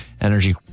energy